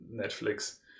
Netflix